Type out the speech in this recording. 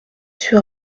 sur